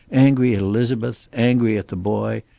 angry at elizabeth, angry at the boy,